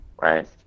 Right